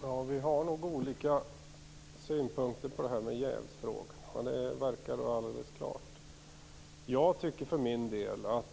Herr talman! Vi har nog olika synpunkter på det här med jävsfrågorna. Det verkar vara alldeles klart. Jag tycker för min del att